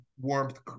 warmth